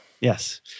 Yes